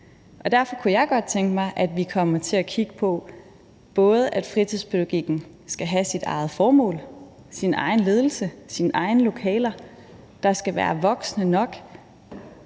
Derfor kunne jeg godt tænke mig, at vi kom til at kigge både på, at fritidspædagogik skal have sit eget formål, sin egen ledelse, sine egne lokaler, og at der skal være voksne nok.